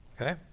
Okay